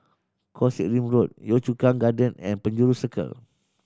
Koh Sek Lim Road Yio Chu Kang Gardens and Penjuru Circle